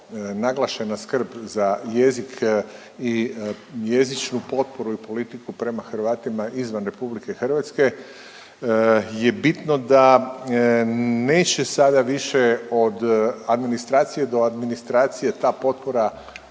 naglašena skrb za jezik i jezičnu potporu i politiku prema Hrvatima izvan RH je bitno da neće sada više od administracije do administracije ta potpora